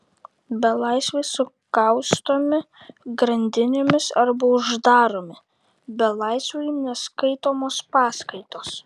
belaisviai sukaustomi grandinėmis arba uždaromi belaisviui neskaitomos paskaitos